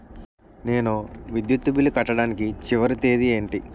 నేను విద్యుత్ బిల్లు కట్టడానికి చివరి తేదీ ఏంటి?